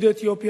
יהודי אתיופיה,